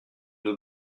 nous